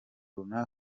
runaka